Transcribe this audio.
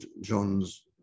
John's